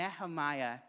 Nehemiah